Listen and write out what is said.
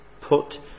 Put